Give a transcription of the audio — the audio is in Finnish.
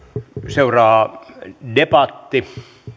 seuraa debatti